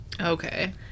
Okay